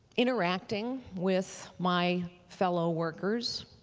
interacting with my fellow workers,